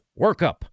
workup